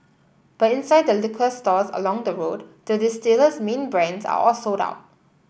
but inside the liquor stores along the road the distiller's main brands are all sold out